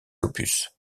opus